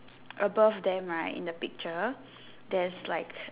above them right in the picture there's like